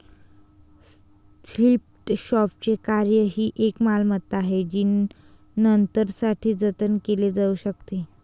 thrift शॉपचे कार्य ही एक मालमत्ता आहे जी नंतरसाठी जतन केली जाऊ शकते